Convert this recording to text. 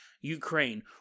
Ukraine